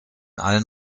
allen